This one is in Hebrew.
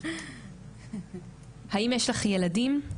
האם יש לך ילדים?